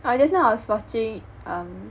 I just now I was watching um